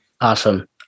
Awesome